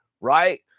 right